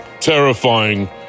terrifying